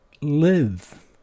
live